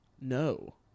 no